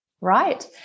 right